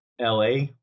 LA